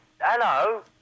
hello